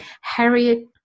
Harriet